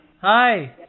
Hi